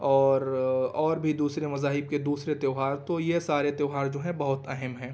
اور اور بھی دوسرے مذاہب کے دوسرے تیوہار تو یہ سارے تیوہار جو ہیں بہت اہم ہیں